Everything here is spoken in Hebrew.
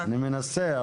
5,